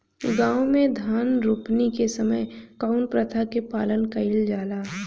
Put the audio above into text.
गाँव मे धान रोपनी के समय कउन प्रथा के पालन कइल जाला?